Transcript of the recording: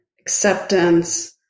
acceptance